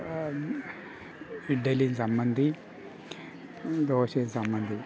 ഇഡ്ഡലിയും ചമ്മന്തിയും ദോശയും ചമ്മന്തിയും